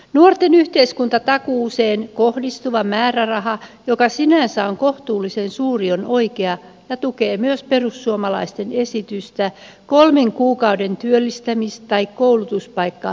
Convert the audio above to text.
nuorten yhteiskuntatakuuseen kohdistuva määräraha joka sinänsä on kohtuullisen suuri on oikea ja tukee myös perussuomalaisten esitystä kolmen kuukauden työllistämis tai koulutuspaikkavelvollisuudesta